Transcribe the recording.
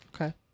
Okay